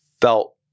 felt